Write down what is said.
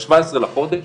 ב-17 בחודש